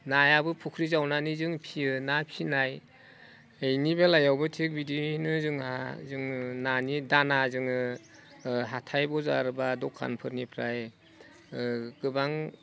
नायाबो फुख्रि जावनानै जों फियो ना फिनाय बिनि बेलायावबो थिग बिदिनो जोंहा नानि दाना जोङो हाथाइ बाजार बा दखानफोरनिफ्राय गोबां